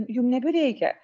jum nebereikia